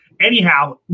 Anyhow